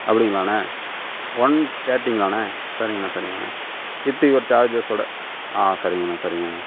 அப்டிங்களாணா one தேர்ட்டிங்களாணா சரிங்கண்ண சரிங்கண்ண வித் யுவர் சார்ஜஸ்ஸோட சரிங்கண்ண சரிங்கண்ண